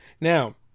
Now